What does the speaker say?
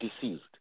deceased